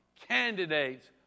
candidates